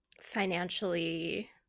financially